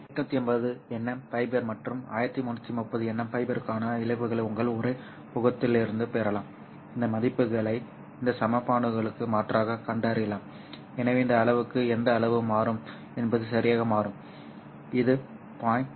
850nm fibre மற்றும் 1300nm ஃபைபருக்கான இழப்புகளை உங்கள் உரை புத்தகத்திலிருந்து பெறலாம் இந்த மதிப்புகளை இந்த சமன்பாடுகளுக்கு மாற்றாகக் கண்டறியலாம் எனவே இந்த அளவு எந்த அளவு மாறும் என்பது சரியாக மாறும் இது 0